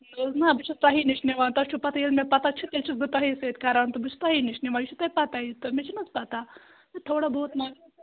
نہ حظ نہ بہٕ چھَس تۄہی نِش نِوان تۄہہِ چھُو پتہ ییٚلہِ مےٚ پتہ چھِ تیٚلہِ چھَس بہٕ تۄہے سۭتۍ کران تہٕ بہٕ چھَس تۄہہِ نِش نِوان یہِ چھو توہہِ پتہ یہِ تہٕ مےٚ چھِنہٕ حظ پتہ تھوڑا بہت ما